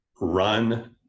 run